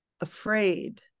afraid